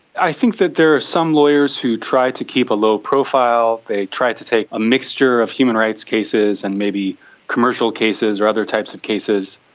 i think that there are some lawyers who try to keep a low profile, they try to take a mixture of human rights cases and maybe commercial cases or other types of cases,